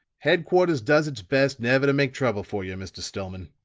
headquarters does its best never to make trouble for you, mr. stillman.